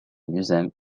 museum